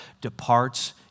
departs